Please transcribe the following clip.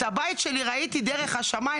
מהבית שלי ראיתי את השמים,